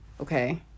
Okay